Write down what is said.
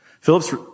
Philip's